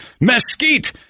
mesquite